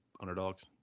underdogs